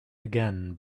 again